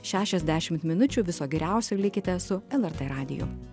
šešiasdešimt minučių viso geriausio likite su lrt radiju